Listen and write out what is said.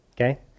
Okay